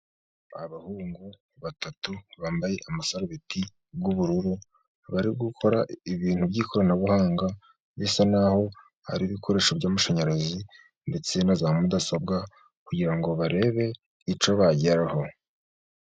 Abahungu batatu bambaye amasarubeti y'ubururu, bari gukora ibintu by'ikoranabuhanga bisa naho ari ibikoresho by'amashanyarazi, ndetse na za mudasobwa kugira ngo barebe icyo bageraho.